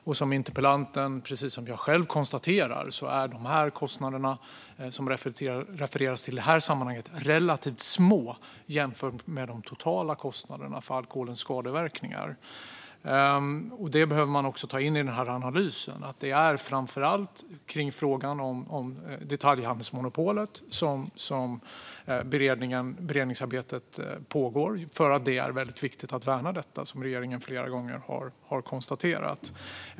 Och som interpellanten och jag själv konstaterar är de kostnader som det refereras till i detta sammanhang relativt små jämfört med de totala kostnaderna för alkoholens skadeverkningar. Detta behöver man också ta in i analysen. Beredningsarbetet pågår framför allt kring frågan om detaljhandelsmonopolet. Det är nämligen väldigt viktigt att värna detta, som regeringen flera gånger har konstaterat.